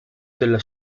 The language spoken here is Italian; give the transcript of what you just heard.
della